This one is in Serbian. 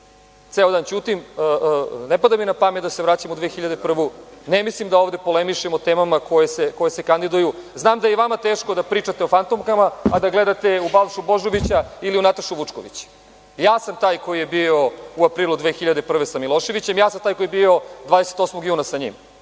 dan ćutim, ne pada mi na pamet da se vraćam u 2001, ne mislim da ovde polemišemo o temama koje se kandiduju. Znam da je i vama teško da pričate o fantomkama, a da gledate u Balšu Božovića ili u Natašu Vučković. Ja sam taj koji je bio u aprilu 2001. sa Miloševićem, ja sam taj koji je bio 28. juna sa njim.